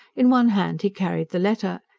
in one hand he carried the letter,